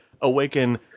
awaken –